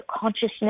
consciousness